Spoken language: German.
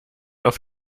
auf